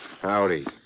Howdy